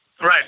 Right